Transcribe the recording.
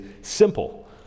simple